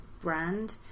brand